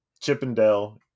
Chippendale